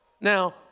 Now